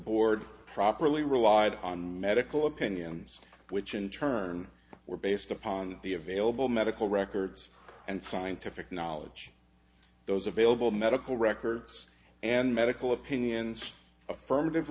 board properly relied on medical opinions which in turn were based upon the available medical records and scientific knowledge those available medical records and medical opinions affirmative